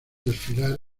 desfilar